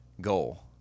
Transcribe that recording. goal